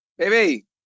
Baby